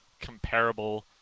comparable